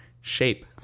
shape